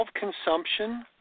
self-consumption